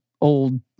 old